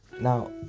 now